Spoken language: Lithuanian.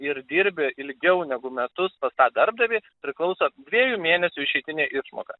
ir dirbi ilgiau negu metus pas tą darbdavį priklauso dviejų mėnesių išeitinė išmoka